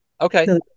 Okay